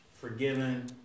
forgiven